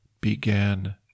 began